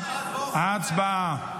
הצבעה.